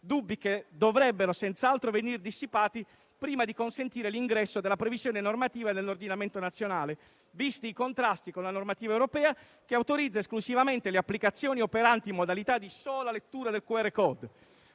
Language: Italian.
dubbi che dovrebbero senz'altro venire dissipati prima di consentire l'ingresso della previsione normativa nell'ordinamento nazionale, visti i contrasti con la normativa europea che autorizza esclusivamente le applicazioni operanti in modalità di sola lettura del QR *code.*